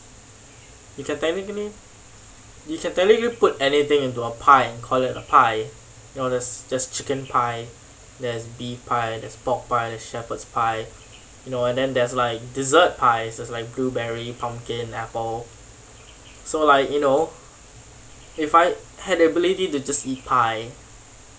you can technically you can technically put anything into a pie and call it a pie you know there's there's chicken pie there's beef pie there's pork pie there's shepherd's pie you know and then there's like dessert pies there's like blueberry pumpkin apple so like you know if I had the ability to just eat pie